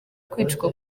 kwicwa